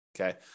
Okay